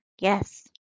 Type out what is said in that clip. yes